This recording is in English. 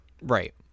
Right